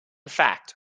fact